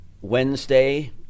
Wednesday